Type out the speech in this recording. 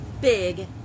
big